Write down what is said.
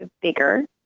bigger